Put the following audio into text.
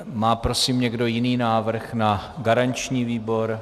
Má prosím někdo jiný návrh na garanční výbor?